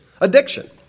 Addiction